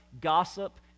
gossip